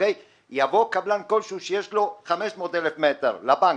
יבוא קבלן כלשהו שיש לו 500,000 מ' לבנק,